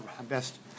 best